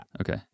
Okay